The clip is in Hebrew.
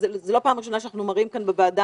זו לא הפעם הראשונה שאנחנו מראים כאן בוועדה